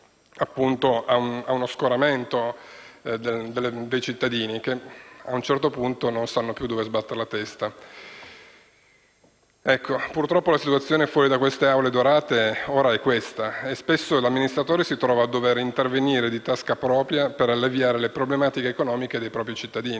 porta a uno scoramento dei cittadini che, a un certo punto, non sanno più dove sbattere la testa. Purtroppo la situazione fuori da queste Aule dorate ora è questa e spesso l'amministratore si trova a dover intervenire di tasca propria per alleviare le problematiche economiche dei propri cittadini.